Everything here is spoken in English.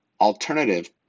alternative